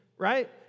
Right